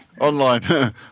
online